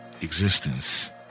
existence